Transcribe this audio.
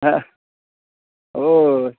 हां हो